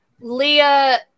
Leah